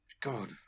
God